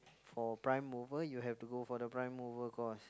for prime mover you have to go for the prime mover course